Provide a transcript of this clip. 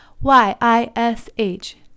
Y-I-S-H